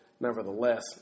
nevertheless